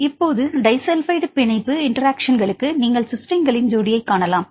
இப்போது டைஸல்பைடு பிணைப்பு இன்டெராக்ஷன்களுக்கு நீங்கள் சிஸ்டைன்களின் ஜோடியைக் காணலாம்